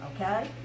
okay